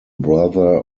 brother